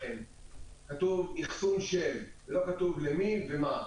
כתוב "אחסון של", ולא כתוב למי ומה.